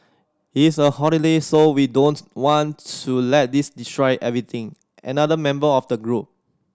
it's a holiday so we don't want to let this destroy everything another member of the group